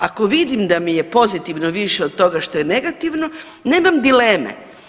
Ako vidim da mi je pozitivno više od toga što je negativno nemam dileme.